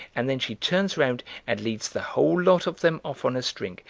and then she turns round and leads the whole lot of them off on a string,